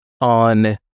on